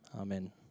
Amen